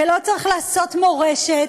ולא צריך לעשות מורשת,